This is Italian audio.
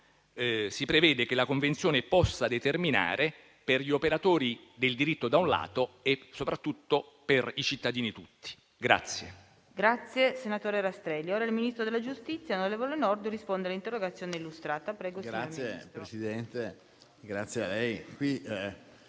si prevede che la convenzione possa determinare per gli operatori del diritto, da un lato, e soprattutto per i cittadini tutti.